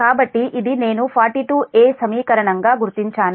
కాబట్టి ఇది నేను 42 ఎ సమీకరణం గా గుర్తించాను